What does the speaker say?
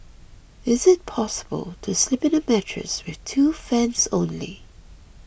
is it possible to sleep in a mattress with two fans only